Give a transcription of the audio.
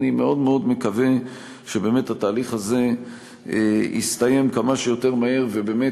אני מאוד מאוד מקווה שבאמת התהליך הזה יסתיים כמה שיותר מהר ובאמת